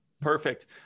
Perfect